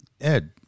Ed